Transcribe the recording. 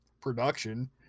production